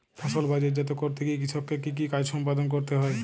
ফসল বাজারজাত করতে গিয়ে কৃষককে কি কি কাজ সম্পাদন করতে হয়?